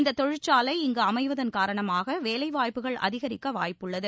இந்த தொழிற்சாலை இங்கு அமைவதன் காரணமாக வேலைவாய்ப்புகள் அதிகரிக்க வாய்ப்புள்ளது